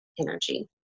energy